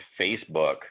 facebook